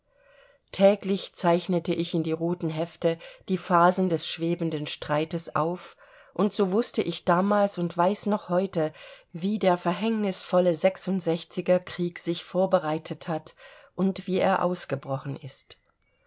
täglich zeichnete ich in die roten hefte die phasen des schwebenden streites auf und so wußte ich damals und weiß noch heute wie der verhängnisvolle er krieg sich vorbereitet hat und wie er ausgebrochen ist